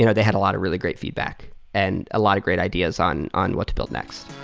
you know they had a lot of really great feedback and a lot of great ideas on on what to build next.